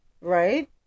right